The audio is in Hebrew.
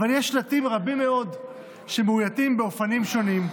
אבל יש שלטים רבים מאוד שמאויתים באופנים שונים,